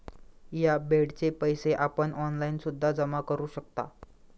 या बेडचे पैसे आपण ऑनलाईन सुद्धा जमा करू शकता